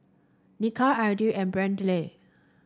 Nikia Edrie and Brantley